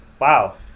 wow